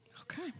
Okay